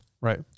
Right